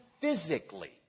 physically